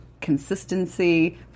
consistency